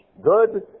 good